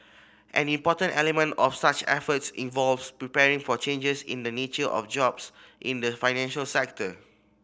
an important element of such efforts involves preparing for changes in the nature of jobs in the financial sector